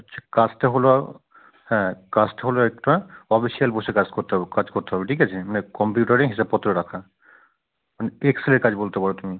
আচ্ছা কাজটা হলো হ্যাঁ কাজটা হলো একটা অফিসিয়াল বসে কাজ করতে হবে কাজ করতে হবে ঠিক আছে মানে কম্পিউটারে হিসাবপত্র রাখা মানে এক্সেলের কাজ বলতে পারো তুমি